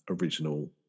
original